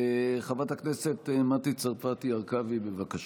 חברת הכנסת מטי צרפתי הרכבי, בבקשה.